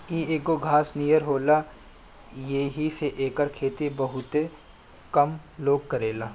इ एगो घास नियर होला येही से एकर खेती बहुते कम लोग करेला